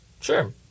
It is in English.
Sure